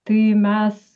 tai mes